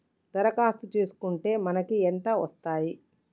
దరఖాస్తు చేస్కుంటే మనకి ఎంత వస్తాయి?